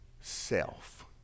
self